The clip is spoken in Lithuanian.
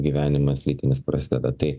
gyvenimas lytinis prasideda tai